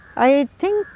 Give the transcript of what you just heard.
i think,